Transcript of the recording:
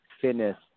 fitness